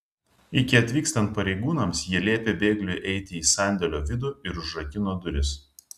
iki atvykstant pareigūnams jie liepė bėgliui eiti į sandėlio vidų ir užrakino duris